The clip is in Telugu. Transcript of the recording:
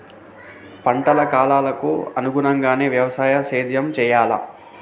పంటల కాలాలకు అనుగుణంగానే వ్యవసాయ సేద్యం చెయ్యాలా?